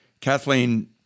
Kathleen